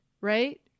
Right